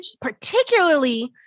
particularly